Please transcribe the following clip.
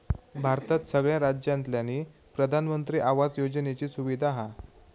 भारतात सगळ्या राज्यांतल्यानी प्रधानमंत्री आवास योजनेची सुविधा हा